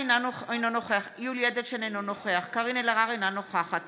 נוכח קארין אלהרר, אינה נוכחת